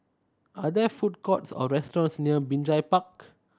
are there food courts or restaurants near Binjai Park